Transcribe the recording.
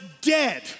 dead